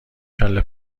کله